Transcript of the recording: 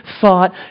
thought